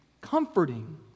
comforting